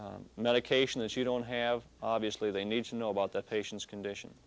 medication that you don't have obviously they need to know about the patient's condition